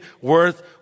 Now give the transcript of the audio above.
worth